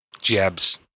Jabs